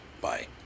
Bye